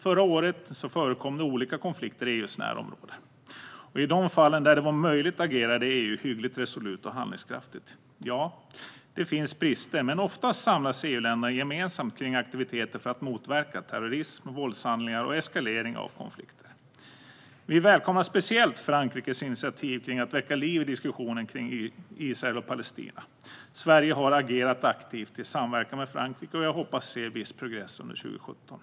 Förra året förekom olika konflikter i EU:s närområden, och i de fallen där det var möjligt agerade EU hyggligt resolut och handlingskraftigt. Ja, det finns brister, men oftast samlas EU-länderna gemensamt kring aktiviteter för att motverka terrorism, våldshandlingar och eskalering av konflikter. Vi välkomnar speciellt Frankrikes initiativ när det gäller att väcka liv i diskussionen kring Israel och Palestina. Sverige har agerat aktivt i samverkan med Frankrike och jag hoppas se viss progress under 2017.